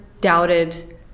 doubted